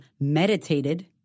meditated